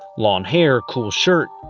long hair, cool shirt,